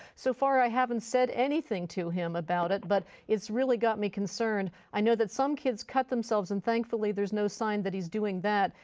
so far i haven't said anything to him about it but it's really got me concerned. i know that some kids cut themselves and thankfully there is no sign that he's doing that.